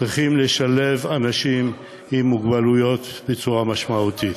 צריכים להיות אנשים עם מוגבלויות בצורה משמעותית.